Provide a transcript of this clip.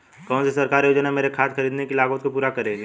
कौन सी सरकारी योजना मेरी खाद खरीदने की लागत को पूरा करेगी?